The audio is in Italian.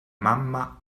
mamma